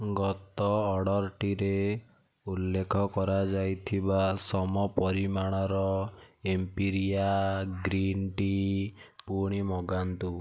ଗତ ଅର୍ଡ଼ର୍ଟିରେ ଉଲ୍ଲେଖ କରାଯାଇଥିବା ସମ ପରିମାଣର ଏମ୍ପିରିଆ ଗ୍ରୀନ୍ ଟି ପୁଣି ମଗାନ୍ତୁ